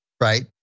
right